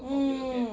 mm